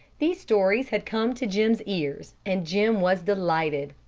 these stories had come to jim's ears, and jim was delighted.